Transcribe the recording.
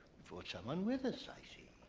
brought someone with us, i see.